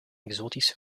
exotische